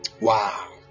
Wow